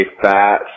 fat